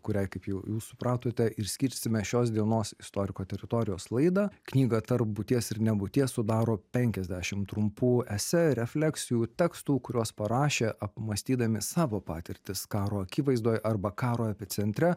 kuriai kaip jau jau supratote ir skirsime šios dienos istoriko teritorijos laidą knygą tarp būties ir nebūties sudaro penkiasdešim trumpų esė refleksijų tekstų kuriuos parašė apmąstydami savo patirtis karo akivaizdoj arba karo epicentre